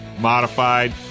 modified